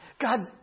God